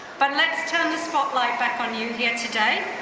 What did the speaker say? but let's turn the spotlight back on you here today,